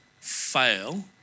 fail